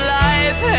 life